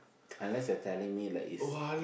unless you are telling me like it's